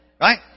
Right